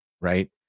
right